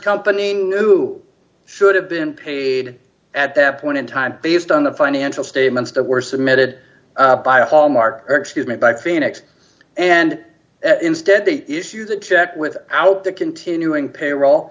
company in new should have been paid at that point in time based on the financial statements that were submitted by a hallmark or excuse me by phoenix and instead they issue the check with out the continuing payroll